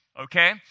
okay